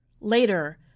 Later